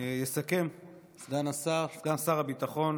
יסכם סגן שר הביטחון